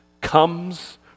comes